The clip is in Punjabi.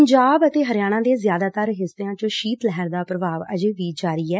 ਪੰਜਾਬ ਅਤੇ ਹਰਿਆਣਾ ਦੇ ਜ਼ਿਆਦਾਤਰ ਹਿੱਸਿਆਂ ਚ ਸ਼ੀਤ ਲਹਿਰ ਦਾ ਪ੍ਰਭਾਵ ਅਜੇ ਵੀ ਜਾਰੀ ਐ